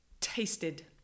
tasted